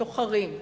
סוחרים,